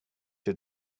had